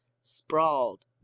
sprawled